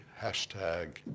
hashtag